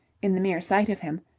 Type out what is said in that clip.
in the mere sight of him,